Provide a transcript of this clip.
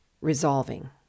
resolving